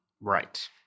Right